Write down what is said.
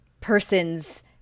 person's